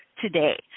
today